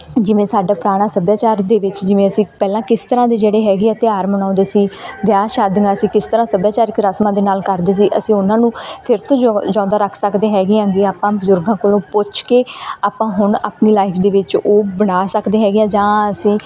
ਜਿਵੇਂ ਸਾਡਾ ਪੁਰਾਣਾ ਸੱਭਿਆਚਾਰ ਦੇ ਵਿੱਚ ਜਿਵੇਂ ਅਸੀਂ ਪਹਿਲਾਂ ਕਿਸ ਤਰ੍ਹਾਂ ਦੇ ਜਿਹੜੇ ਹੈਗੇ ਆ ਤਿਉਹਾਰ ਮਨਾਉਂਦੇ ਸੀ ਵਿਆਹ ਸ਼ਾਦੀਆਂ ਅਸੀਂ ਕਿਸ ਤਰ੍ਹਾਂ ਸੱਭਿਆਚਾਰਕ ਰਸਮਾਂ ਦੇ ਨਾਲ ਕਰਦੇ ਸੀ ਅਸੀਂ ਉਹਨਾਂ ਨੂੰ ਫਿਰ ਤੋਂ ਜਿਉਂ ਜਿਉਂਦਾ ਰੱਖ ਸਕਦੇ ਹੈਗੇ ਐਗੇ ਆਪਾਂ ਬਜ਼ੁਰਗਾਂ ਕੋਲੋਂ ਪੁੱਛ ਕੇ ਆਪਾਂ ਹੁਣ ਆਪਣੀ ਲਾਇਫ ਦੇ ਵਿੱਚ ਉਹ ਬਣਾ ਸਕਦੇ ਹੈਗੇ ਹਾਂ ਜਾਂ ਅਸੀਂ